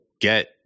get